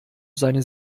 seine